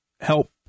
help